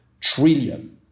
trillion